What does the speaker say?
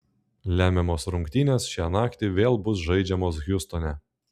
lemiamos rungtynės šią naktį vėl bus žaidžiamos hjustone